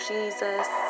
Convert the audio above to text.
Jesus